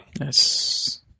Yes